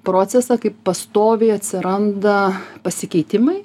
procesą kaip pastoviai atsiranda pasikeitimai